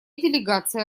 делегация